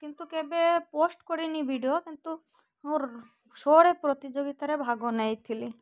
କିନ୍ତୁ କେବେ ପୋଷ୍ଟ କରିନି ଭିଡ଼ିଓ କିନ୍ତୁ ମୋର ସୋ'ରେ ପ୍ରତିଯୋଗିତାରେ ଭାଗ ନେଇଥିଲି